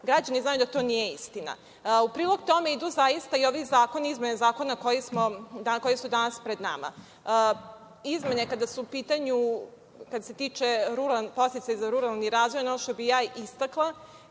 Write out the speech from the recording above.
Građani znaju da to nije istina. U prilog tome idu zaista i ove izmene zakona koje su danas pred nama. Što se tiče podsticaja za ruralni razvoj, ono što bih ja istakla